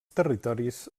territoris